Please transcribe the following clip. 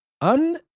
un